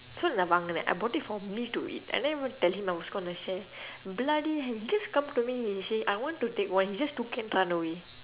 so nevermind after that I bought it for me to eat I never even tell him I was going to share bloody hell he just come to me and he say I want to take one he just took it and run away